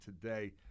today